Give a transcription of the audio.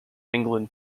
england